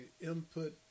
input